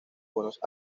buenos